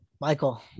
Michael